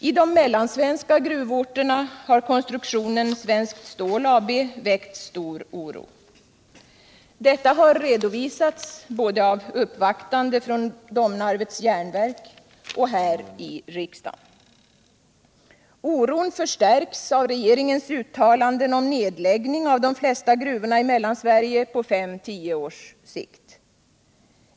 I de mellansvenska gruvorterna har konstruktionen Svenskt Stål AB väckt oro. Detta har redovisats både av uppvaktande från Domnarvets Jernverk och här i riksdagen. Oron förstärks av regeringens uttalanden om nedläggning av de flesta gruvorna i Mellansverige på 5-10 års sikt.